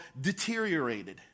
deteriorated